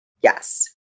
Yes